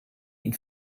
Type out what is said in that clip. ihn